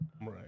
Right